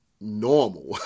Normal